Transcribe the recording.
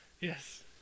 Yes